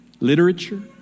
Literature